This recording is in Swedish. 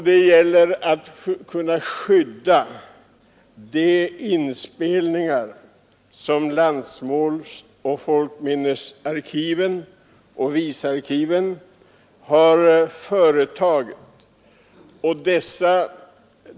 Det gäller bl.a. att kunna skydda de inspelningar som landsmålsoch folkminnesarkiven och svenskt visarkiv har gjort.